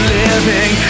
living